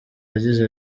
yagize